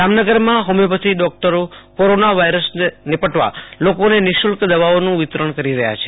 જામનગરમાં હોમિયોપેથી ડોક્ટરો કોરોના વાઈરસને નિપટવા લોકોને નિશુલ્ક દવાઓનું વિતરણ કરી રહ્યા છે